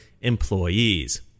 employees